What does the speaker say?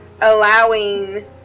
allowing